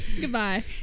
goodbye